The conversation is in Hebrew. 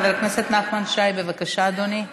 חבר הכנסת נחמן שי, בבקשה, אדוני.